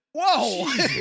whoa